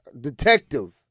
detective